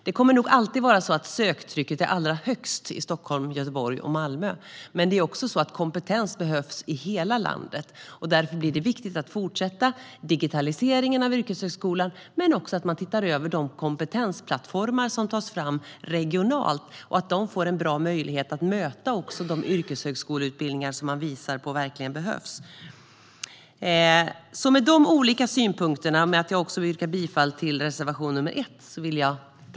Det kommer nog alltid att vara så att söktrycket är allra högst i Stockholm, Göteborg och Malmö, men det är också så att kompetens behövs i hela landet, och därför blir det viktigt att fortsätta digitaliseringen av yrkeshögskolan. Det är även viktigt att se över de kompetensplattformar som tas fram regionalt och att de får en bra möjlighet att möta de yrkeshögskoleutbildningar som man visar verkligen behövs. Med dessa olika synpunkter vill jag återigen yrka bifall till reservation 1.